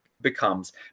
becomes